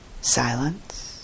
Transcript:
silence